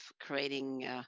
creating